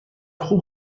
خوب